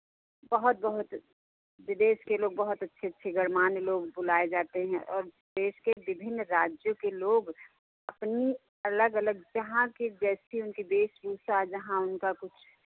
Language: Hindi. बहुत बहुत विदेश के लोग बहुत अच्छे अच्छे गणमान्य लोग बुलाए जाते हैं और देश के विभिन्न राज्यों के लोग अपनी अलग अलग जहाँ की जैसी उनकी वेशभूषा जहाँ उनका कुछ